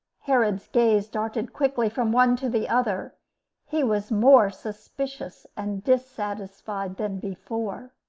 herod's gaze darted quickly from one to the other he was more suspicious and dissatisfied than before.